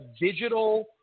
digital